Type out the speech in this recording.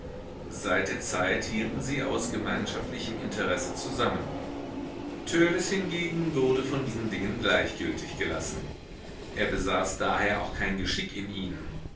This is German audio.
seit der zeit hielten sie aus gemeinschaftlichem interesse zusammen törleß hingegen wurde von diesen dingen gleichgültig gelassen er besaß daher auch kein geschick in ihnen